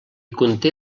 conté